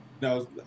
No